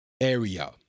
area